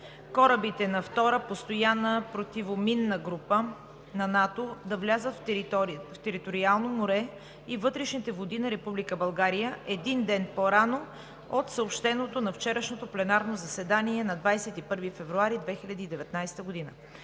корабите на Втора постоянна противоминна група на НАТО да влязат в териториалното море и вътрешните води на Република България един ден по-рано от съобщеното на вчерашното пленарно заседание на – 21 февруари 2019 г.